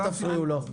אל תפריעו לו.